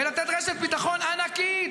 ולתת רשת ביטחון ענקית,